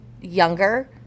younger